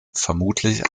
vermutlich